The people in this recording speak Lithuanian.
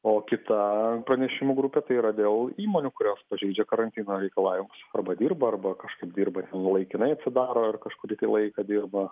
o kita pranešimų grupė tai yra dėl įmonių kurios pažeidžia karantino reikalavimus arba dirba arba kažkaip dirba ten laikinai atsidaro ar kažkurį tai laiką dirba